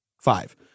five